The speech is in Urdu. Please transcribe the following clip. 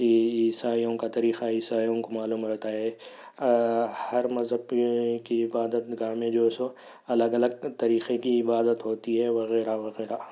عیسائیوں کا طریقہ عیسائیوں کو معلوم رہتا ہے ہر مذہب کی عبادت گاہ میں جو ہے سو الگ الگ طریقے کی عبادت ہوتی ہے وغیرہ وغیرہ